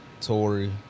Tory